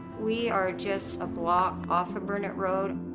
we are just a block off of brunet road.